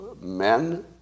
men